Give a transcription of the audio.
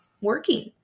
working